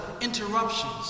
interruptions